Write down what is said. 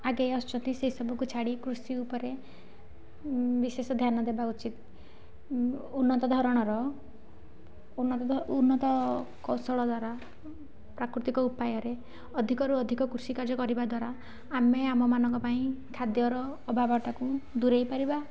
ଆଗେଇ ଆସୁଛନ୍ତି ସେସବୁକୁ ଛାଡ଼ି କୃଷି ଉପରେ ବିଶେଷ ଧ୍ୟାନ ଦେବା ଉଚିତ ଉନ୍ନତଧରଣର ଉନ୍ନତ କୌଶଳଧାରା ପ୍ରାକୃତିକ ଉପାୟରେ ଅଧିକରୁ ଅଧିକ କୃଷିକାର୍ଯ୍ୟ କରିବା ଦ୍ୱାରା ଆମେ ଆମମାନଙ୍କ ପାଇଁ ଖାଦ୍ୟର ଅଭାବଟାକୁ ଦୂରେଇ ପାରିବା